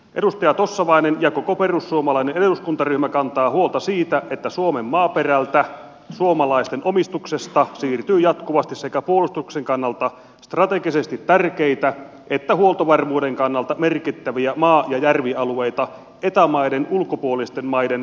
edustaja tossavainen ja koko perussuomalainen eduskuntaryhmä kantaa huolta siitä että suomen maaperältä suomalaisten omistuksesta siirtyy jatkuvasti sekä puolustuksen kannalta strategisesti tärkeitä että huoltovarmuuden kannalta merkittäviä maa ja järvialueita eta maiden ulkopuolisten maiden kansalaisten omistukseen